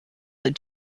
that